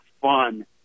fun